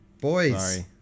boys